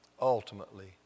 ultimately